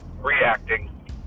reacting